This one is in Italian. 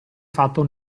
fatto